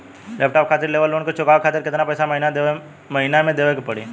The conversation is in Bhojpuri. लैपटाप खातिर लेवल लोन के चुकावे खातिर केतना पैसा केतना महिना मे देवे के पड़ी?